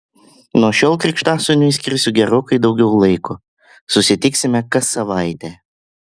nuo šiol krikštasūniui skirsiu gerokai daugiau laiko susitiksime kas savaitę